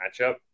matchup